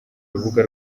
rubuga